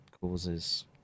causes